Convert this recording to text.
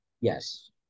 yes